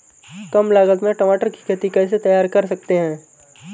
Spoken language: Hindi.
कम लागत में टमाटर की खेती कैसे तैयार कर सकते हैं?